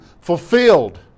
fulfilled